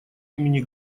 имени